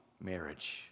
marriage